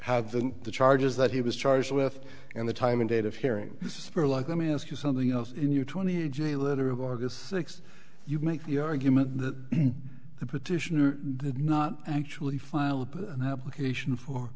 have the the charges that he was charged with and the time and date of hearing this is for like let me ask you something else in your twenty a j letter of august sixth you make the argument that the petitioner did not actually file an application for